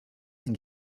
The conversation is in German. ein